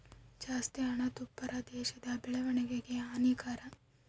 ಜಾಸ್ತಿ ಹಣದುಬ್ಬರ ದೇಶದ ಬೆಳವಣಿಗೆಗೆ ಹಾನಿಕರ